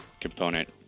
component